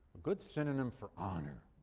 good synonym for honor.